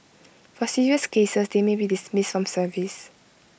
for serious cases they may be dismissed from service